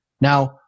now